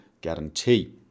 guarantee